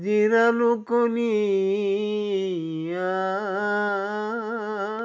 জিৰালোঁ কলিয়াবৰত